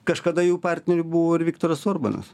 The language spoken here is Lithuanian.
kažkada jų partneriu buvo ir viktoras orbanas